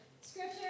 Scripture